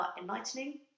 enlightening